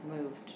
moved